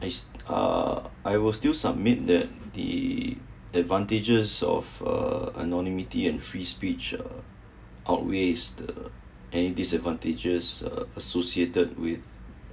uh I would still submit that the advantages of uh anonymity and free speech uh outweighs the any disadvantages uh associated with